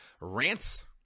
rants